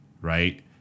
right